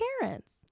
parents